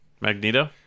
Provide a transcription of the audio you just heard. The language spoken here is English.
Magneto